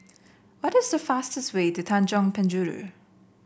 what is the fastest way to Tanjong Penjuru